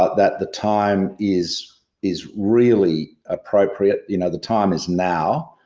ah that the time is is really appropriate, you know, the time is now.